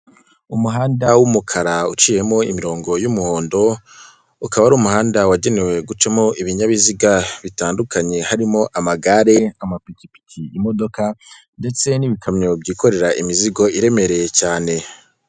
Umuhanda w'umukara uciyemo imirongo y'umuhondo ukaba ari umuhanda wagenewe gucamo ibinyabiziga bitandukanye harimo amagare, amapikipiki, imodoka ndetse n'ibikamyo byikorera imizigo iremereye cyane.